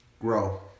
grow